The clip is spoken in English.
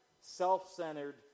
self-centered